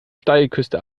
steilküste